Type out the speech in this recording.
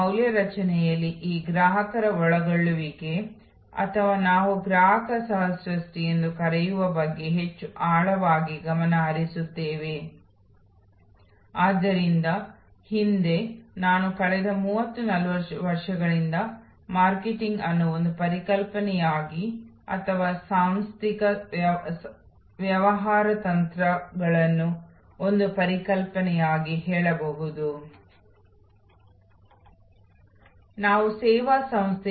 ಮೌಲ್ಯ ರಚನೆ ಪ್ರಕ್ರಿಯೆಯಲ್ಲಿ ಗ್ರಾಹಕರನ್ನು ಸಹಕರಿಸುವ ಮೂಲಕ ಸಹ ರಚನೆಯ ಮೂಲಕ ಹೊಸ ಸೇವಾ ಮೌಲ್ಯ ರಚನೆಯ ಬಗ್ಗೆ ನಾವು ಕಳೆದ ಎರಡು ಸೆಷನ್ಗಳಲ್ಲಿ ಚರ್ಚಿಸುತ್ತಿದ್ದೇವೆ ಎಂಬುದು ನಿಮಗೆ ನೆನಪಿದೆ